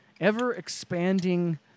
ever-expanding